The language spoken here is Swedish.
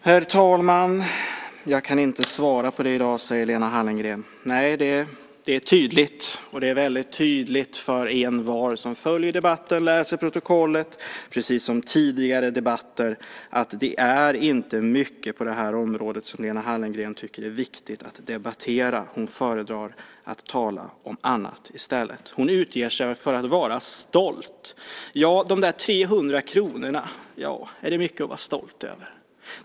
Herr talman! Jag kan inte svara på det i dag, säger Lena Hallengren. Det är tydligt. Det är väldigt tydligt för envar som följer den här debatten - precis som tidigare debatter - och läser protokollet att det inte är mycket på det här området som Lena Hallengren tycker är viktigt att debattera. Hon föredrar att tala om annat i stället. Hon utger sig för att vara stolt. 300 kr, är det mycket att vara stolt över?